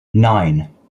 nine